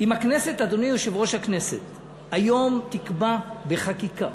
אם הכנסת, אדוני יושב-ראש הכנסת, היום תקבע בחקיקה